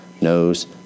knows